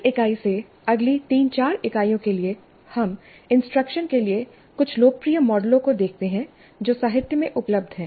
इस इकाई से अगली ३ ४ इकाइयों के लिए हम इंस्ट्रक्शन के लिए कुछ लोकप्रिय मॉडलों को देखते हैं जो साहित्य में उपलब्ध हैं